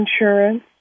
insurance